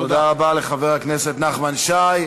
תודה רבה לחבר הכנסת נחמן שי.